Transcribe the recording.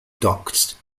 ducts